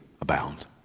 abound